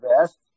best